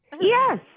Yes